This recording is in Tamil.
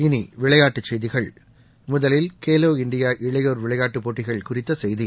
இனி விளையாட்டுச் செய்திகள் முதலில் கேலோ இண்டியா இளையோர் விளையாட்டு போட்டிகள் குறித்த செய்தி